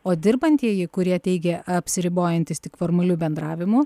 o dirbantieji kurie teigė apsiribojantys tik formaliu bendravimu